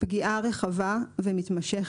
פגיעה רחבה ומתמשכת.